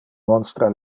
monstra